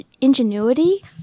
ingenuity